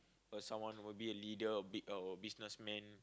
or someone will be a leader a big or or businessman